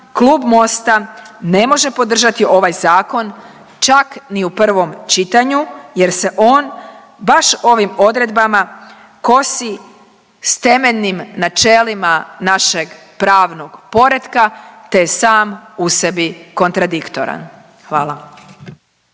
Klub Mosta ne može podržati ovaj Zakon čak ni u prvom čitanju jer se on baš ovim odredbama kosi s temeljnim načelima našeg pravnog poretka te je sam u sebi kontradiktoran. Hvala.